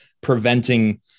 preventing